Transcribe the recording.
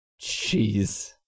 Jeez